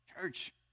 Church